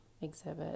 exhibit